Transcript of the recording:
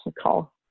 call